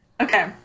Okay